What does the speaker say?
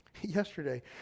Yesterday